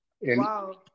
Wow